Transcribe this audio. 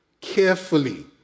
carefully